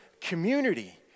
community